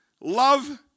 love